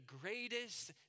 greatest